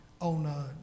on